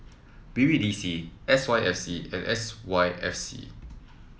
B B D C S Y F C and S Y F C